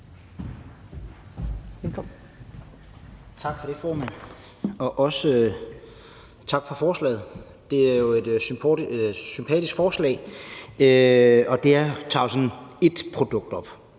Tak for det, formand. Også tak for forslaget. Det er jo et sympatisk forslag, og det tager ét produkt op.